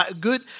good